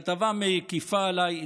בכתבה מקיפה עליי,